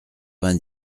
vingt